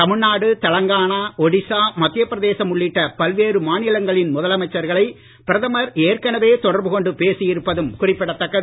தமிழ்நாடு தெலங்கானா ஒடிசா மத்தியபிரதேசம் உள்ளிட்ட பல்வேறு மாநிலங்களின் முதலமைச்சர்களை பிரதமர் ஏற்கனவே தொடர்பு கொண்டு பேசி இருப்பதும் குறிப்பிடதக்கது